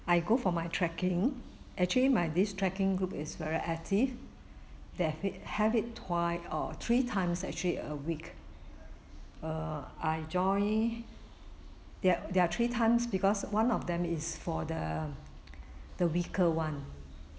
I go for my trekking actually my this trekking group is very active they have it have it twice or three times actually a week err I join there are there are three times because one of them is for the the weaker [one]